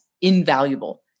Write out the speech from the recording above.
invaluable